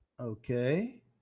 Okay